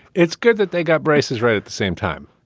it's good that they got braces right at the same time.